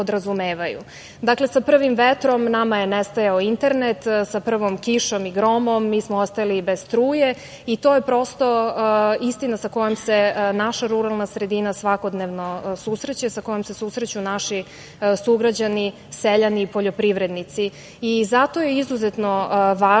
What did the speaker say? sa prvim vetrom nama je nestajao internet, sa prvom kišom i gromom mi smo ostajali bez struje i to je prosto istina sa kojom se naša ruralna sredina svakodnevno susreće, sa kojom se susreću naši sugrađani, seljani i poljoprivrednici. Zato je izuzetno važno